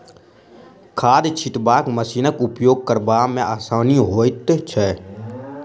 खाद छिटबाक मशीनक उपयोग करबा मे आसानी होइत छै